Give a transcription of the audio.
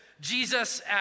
Jesus